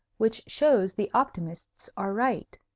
which shows the optimists are right.